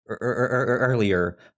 earlier